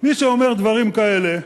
מי שאומר דברים כאלה,